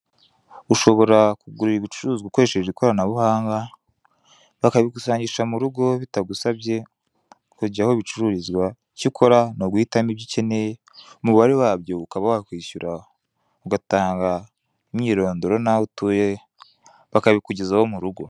Ushobora kugura ibicuruzwa ukoresheje ikoranabuhanga bakabigusangisha mu rugo bitagusabye kujya aho bicururizwa, icyo ukora ni uguhitamo ibyo ukeneye umubare wabyo, ukaba wakishyura ugatanga umwirondoro n'aho utuye bakabikugezaho mu rugo.